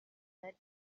said